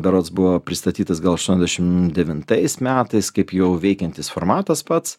berods buvo pristatytas gal aštuoniasdešimt devintais metais kaip jau veikiantis formatas pats